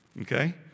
Okay